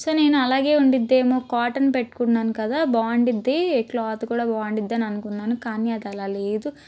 so నేను అలాగే ఉండిదేమో కాటన్ పెట్టుకున్నాను కదా బాగుండిద్ది క్లాత్ కూడా బాగుండిద్ది అని అనుకున్నాను కానీ అది అలా లేదు